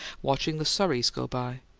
watching the surreys go by,